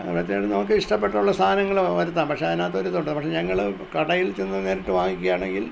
അവറ്റകളിൽ നമുക്ക് ഇഷ്ടപെട്ടിട്ടുള്ള സാധനങ്ങൾ വരുത്താം പക്ഷേ അതിനകത്ത് ഒരു ഇതുണ്ട് പക്ഷേ ഞങ്ങള് കടയിൽ ചെന്ന് നേരിട്ട് വാങ്ങിക്കുകയാണെങ്കിൽ